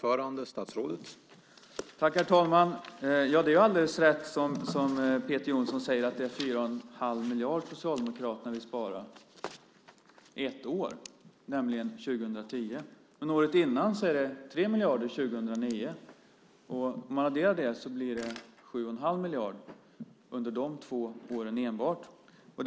Herr talman! Det är alldeles rätt som Peter Jonsson säger att det är 4 1⁄2 miljard som Socialdemokraterna vill spara - ett år, nämligen 2010. Men året före, 2009, är det 3 miljarder. Om man adderar det blir det 7 1⁄2 miljard under enbart de två åren.